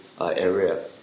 area